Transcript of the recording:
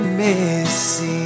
missing